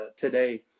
today